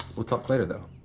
we'll talk later, though,